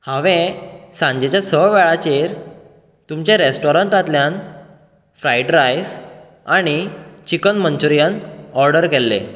हांवे सांजेच्या स वेळाचेर तुमच्या रेस्टोरंटातल्यान फ्रायड रायस आनी चिकन मंचुरीयन ऑर्डर केल्लें